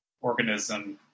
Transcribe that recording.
organism